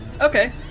Okay